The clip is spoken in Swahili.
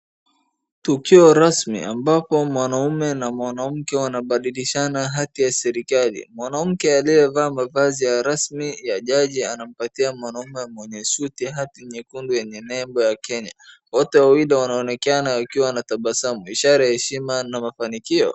Tukio rasmi ambapo mwanaume na mwanamke wanabadilishana hadhi ya serikali. Mwanamke aliyevaa mavazi ya rasmi ya jaji anampatia mwanaume mwenye suti hadhi nyekundu yenye nembo ya Kenya. Wote wawili wanaonekana wakiwa na tabasamu, ishara ya heshima na mafanikio.